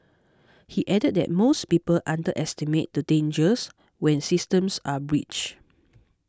he added that most people underestimate the dangers when systems are breached